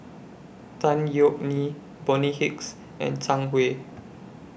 Tan Yeok Nee Bonny Hicks and Zhang Hui